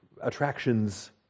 attractions